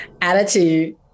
attitude